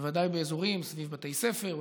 בוודאי באזורים שסביב בתי ספר,